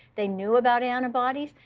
they knew about antibodies.